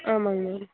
ஆமாங்க மேம்